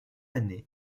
année